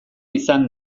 izan